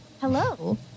Hello